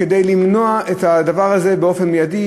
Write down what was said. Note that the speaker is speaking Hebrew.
כדי למנוע את הדבר הזה באופן מיידי,